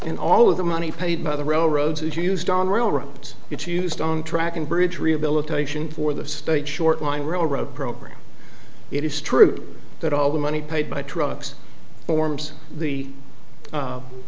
and all of the money paid by the railroads is used on railroads it's used on track and bridge rehabilitation for the state short line railroad program it is true that all the money paid by trucks forms the